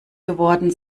geworden